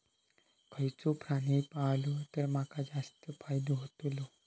खयचो प्राणी पाळलो तर माका जास्त फायदो होतोलो?